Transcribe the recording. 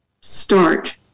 start